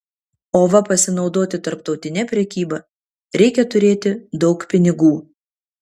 o va pasinaudoti tarptautine prekyba reikia turėti daug pinigų